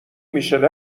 میشله